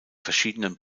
verschiedenen